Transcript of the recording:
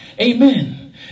amen